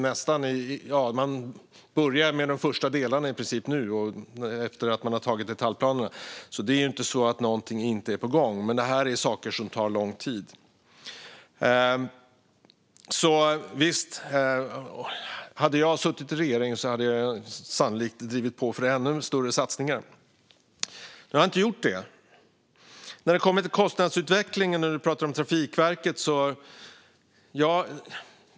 Man börjar i princip med de första delarna nu efter att ha antagit detaljplanerna. Det är ju inte så att ingenting är på gång. Men det här är saker som tar lång tid. Hade jag suttit i regeringen hade jag sannolikt drivit på för ännu större satsningar, men jag satt inte där. Patrik Jönsson talar om kostnadsutvecklingen och Trafikverket.